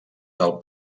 del